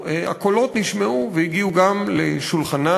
הקולות נשמעו והגיעו גם לשולחנה,